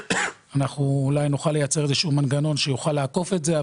אנחנו אולי נוכל לייצר איזשהו מנגנון שיוכל לעקוף את זה,